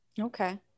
Okay